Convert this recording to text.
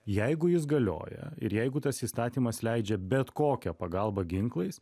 jeigu jis galioja ir jeigu tas įstatymas leidžia bet kokią pagalbą ginklais